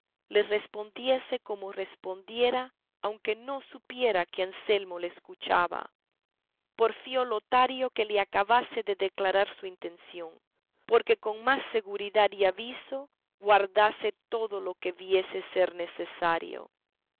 dijese le respondiese como respondiera aunque no supiera que anselmo le escuchaba porfió lotario que le acabase de declarar su intención porque con más seguridad y aviso guardase todo lo que viese ser necesario